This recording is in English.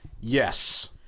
Yes